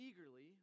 eagerly